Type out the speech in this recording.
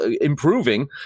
improving